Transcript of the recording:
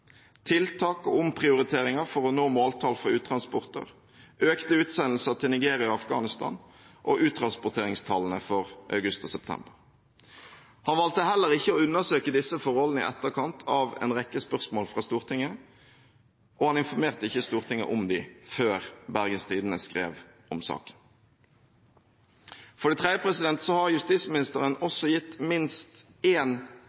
tiltak og omprioriteringer for å nå måltall for uttransporter, økte utsendelser til Nigeria og Afghanistan og uttransporteringstallene for august og september. Han valgte heller ikke å undersøke disse forholdene i etterkant av en rekke spørsmål fra Stortinget, og han informerte ikke Stortinget om dem før Bergens Tidende skrev om saken. For det tredje har justisministeren også gitt minst